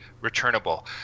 returnable